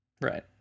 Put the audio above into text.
right